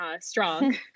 strong